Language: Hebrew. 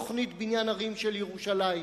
תוכנית בניין ערים של ירושלים,